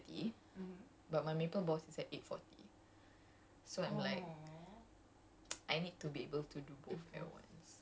ya so so my dilemma was his live starts at eight thirty but my maple boss is at eight forty